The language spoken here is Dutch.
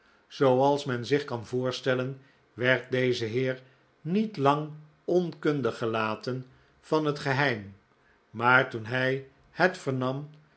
zooals men zich kan voorstellen werd deze heer niet lang onkundig gelaten van het geheim maar toen hij het vernam